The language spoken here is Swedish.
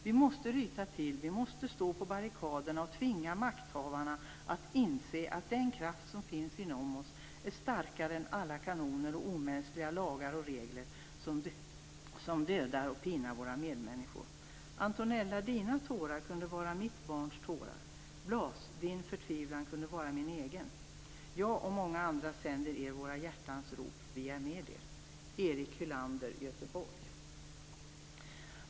Vi måste ryta till, vi måste stå på barrikaderna och tvinga makthavarna att inse att den kraft som finns inom oss är starkare än alla kanoner och omänskliga lagar och regler som dödar och pinar våra medmänniskor. Antonella! Dina tårar kunde vara mitt barns tårar. Blas! Din förtvivlan kunde vara min egen. Jag och många andra sänder er våra hjärtans rop. Vi är med er.